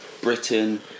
Britain